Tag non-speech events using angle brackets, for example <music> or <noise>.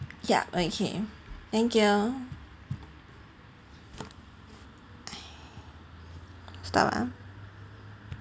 ya okay thank you <breath> stop ah